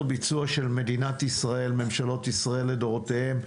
ביצוע של מדינת ישראל וממשלות ישראל לדורותיהן.